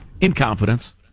Incompetence